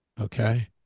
okay